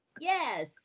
Yes